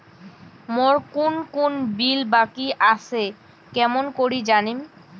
মোর কুন কুন বিল বাকি আসে কেমন করি জানিম?